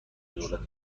دولت